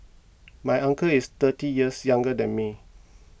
my uncle is thirty years younger than me